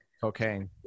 Cocaine